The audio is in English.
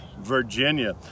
virginia